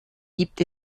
gibt